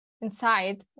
inside